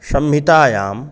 संहितानां